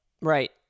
Right